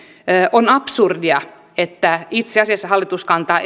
on absurdia että itse asiassa hallitus kantaa